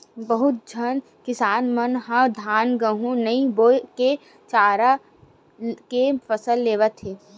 बहुत झन किसान मन ह धान, गहूँ नइ बो के चारा के फसल लेवत हे